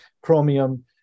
chromium